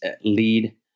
lead